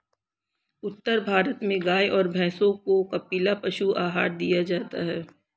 उत्तर भारत में गाय और भैंसों को कपिला पशु आहार दिया जाता है